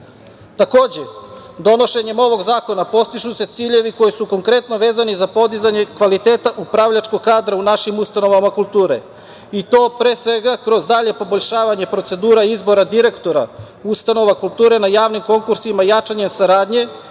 Takođe, donošenjem ovog zakona postižu se ciljevi koji su konkretno vezani za podizanje kvaliteta upravljačkog kadra u našim ustanovama kulture i to pre svega kroz dalje poboljšanje procedura izbora direktora ustanova kulture na javnim konkursima, jačanje saradnje